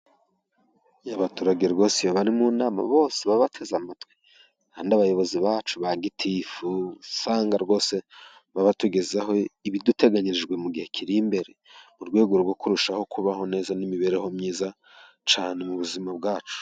Iyo abaturage rwose bari mu nama bose baba bateze amatwi. Hari n'abayobozi bacu: ba gitifu, usanga rwose baba batugezeho ibiduteganirijwe mu gihe kiri imbere mu rwego rwo kurushaho kubaho neza, n'imibereho myiza cyane mu buzima bwacu.